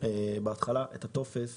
את הטופס